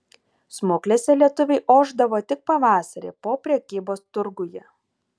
smuklėse lietuviai ošdavo tik pavasarį po prekybos turguje